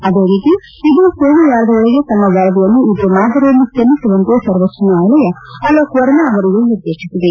ಅದೇ ರೀತಿ ಇದೇ ಸೋಮವಾರದೊಳಗೆ ತಮ್ನ ವರದಿಯನ್ನು ಇದೇ ಮಾದರಿಯಲ್ಲಿ ಸಲ್ಲಿಸುವಂತೆ ಸರ್ವೋಚ್ಲ ನ್ನಾಯಾಲಯ ಅಲೋಕ್ ವರ್ಮಾ ಅವರಿಗೂ ನಿರ್ದೇಶಿಸಿದೆ